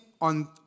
on